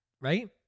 right